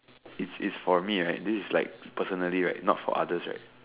if is for me ah this is like personally right not for others right